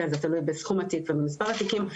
זה תלוי בסכום התיק ובמספר התיקים,